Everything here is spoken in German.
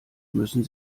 müssen